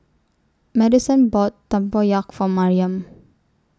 Maddison bought Tempoyak For Mariam